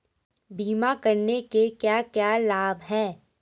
बीमा करने के क्या क्या लाभ हैं?